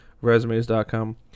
Resumes.com